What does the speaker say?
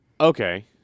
Okay